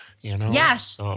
Yes